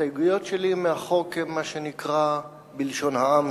ההסתייגויות שלי לחוק הן מה שנקרא בלשון העם,